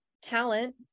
talent